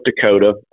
Dakota